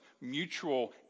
mutual